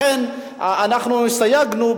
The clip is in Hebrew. לכן אנחנו הסתייגנו,